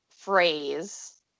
phrase